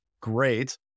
great